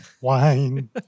wine